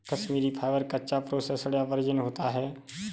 Kashmiri fibre, कच्चा, processed या virgin होता है